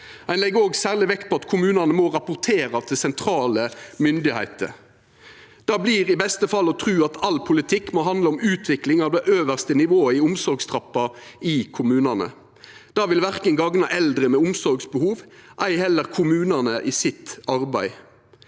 Ein legg òg særleg vekt på at kommunane må rapportera til sentrale myndigheiter. Det vert i beste fall å tru at all politikk må handla om utvikling av det øvste nivået i omsorgstrappa i kommunane. Det vil ikkje gagna eldre med omsorgsbehov, ei heller kommunane i deira arbeid.